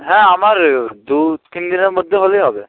হ্যাঁ আমার দু তিন দিনের মধ্যে হলেই হবে